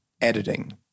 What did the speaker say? editing